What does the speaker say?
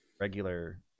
regular